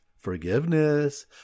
forgiveness